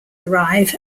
arrive